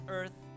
earth